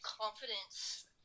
confidence